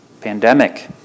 Pandemic